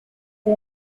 the